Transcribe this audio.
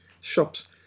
shops